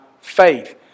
faith